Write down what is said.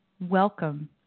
welcome